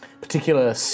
particular